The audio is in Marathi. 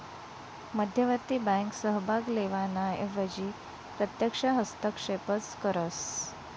मध्यवर्ती बँक सहभाग लेवाना एवजी प्रत्यक्ष हस्तक्षेपच करस